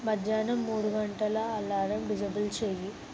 మధ్యాహ్నం మూడు గంటల అలారం డిజేబుల్ చేయి